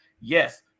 yes